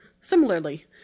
similarly